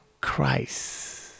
Christ